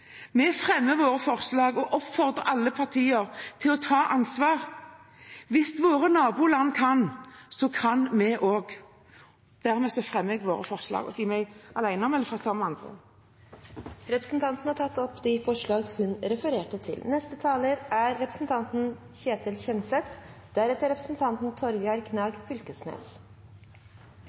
Vi fremmer våre forslag og oppfordrer alle partier til å ta ansvar. Hvis våre naboland kan, kan vi også. Jeg tar opp forslagene som Kristelig Folkeparti er med på. Representanten Olaug Bollestad har tatt opp de forslagene hun refererte til. Først av alt: Takk til Kristelig Folkepartis representanter, som har fremmet dette viktige forslaget. Norge er